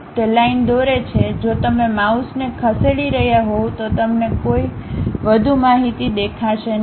તે લાઈન દોરે છે જો તમે માઉસને ખસેડી રહ્યા હોવ તો તમને કોઈ વધુ માહિતી દેખાશે નહીં